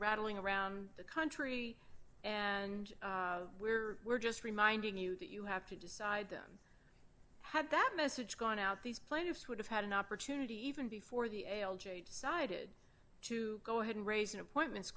rattling around the country and we're we're just reminding you that you have to decide them had that message gone out these plaintiffs would have had an opportunity even before the ale trade sided to go ahead and raise an appointment